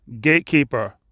gatekeeper